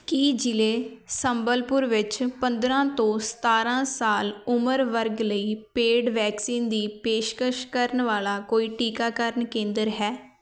ਕੀ ਜ਼ਿਲ੍ਹੇ ਸੰਬਲਪੁਰ ਵਿੱਚ ਪੰਦਰ੍ਹਾਂ ਤੋਂ ਸਤਾਰ੍ਹਾਂ ਸਾਲ ਉਮਰ ਵਰਗ ਲਈ ਪੇਡ ਵੈਕਸੀਨ ਦੀ ਪੇਸ਼ਕਸ਼ ਕਰਨ ਵਾਲਾ ਕੋਈ ਟੀਕਾਕਰਨ ਕੇਂਦਰ ਹੈ